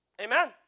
amen